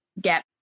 get